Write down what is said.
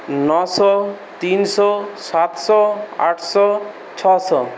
নশো তিনশো সাতশো আটশো ছশো